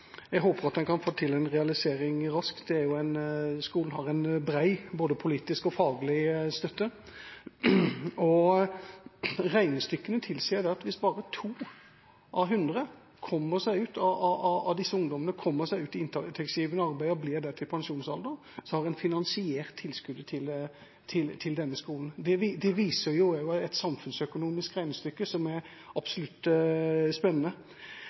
Jeg håper at en kan få til en realisering raskt. Skolen har bred støtte, både politisk og faglig. Regnestykkene tilsier at hvis bare 2 av 100 av disse ungdommene kommer seg ut i inntektsgivende arbeid og blir der til pensjonsalder, har en finansiert tilskuddet til denne skolen. Det viser jo et samfunnsøkonomisk regnestykke som absolutt er spennende.